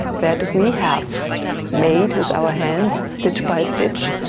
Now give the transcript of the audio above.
that we have made with our hands, stitch by stitch,